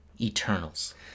eternals